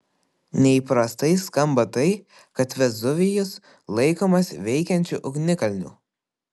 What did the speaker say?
neįprastai skamba tai kad vezuvijus laikomas veikiančiu ugnikalniu